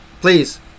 Please